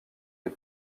les